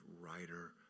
writer